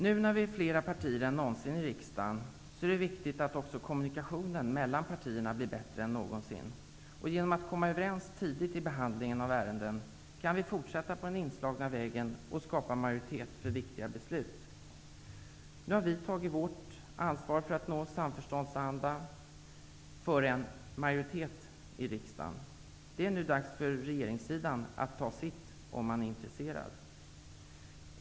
Nu när vi är flera partier än någonsin i riksdagen är det viktigt att också kommunikationen mellan partierna blir bättre än någonsin. Genom att komma överens tidigt i behandlingen av ärenden kan vi fortsätta på den inslagna vägen och skapa majoritet för viktiga beslut. Nu har vi tagit vårt ansvar för att nå samförståndsanda och skapa en majoritet i riksdagen. Det är nu dags för regeringssidan att ta sitt ansvar -- om man inom regeringen är intresserad.